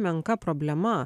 menka problema